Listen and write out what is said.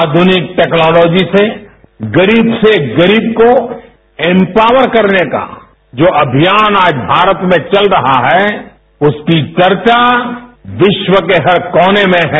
आध्रनिक टैक्नोलॉजी से गरीब से गरीब को एम्पावर करने का जो अभियान आज भारत में चल रहा है उसकी चर्चा विश्व के हर कोने में है